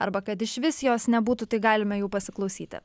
arba kad išvis jos nebūtų tai galime jų pasiklausyti